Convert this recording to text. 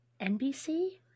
NBC